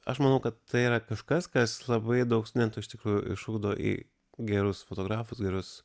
aš manau kad tai yra kažkas kas labai daug studentų iš tikrųjų išugdo į gerus fotografus gerus